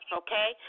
okay